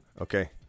Okay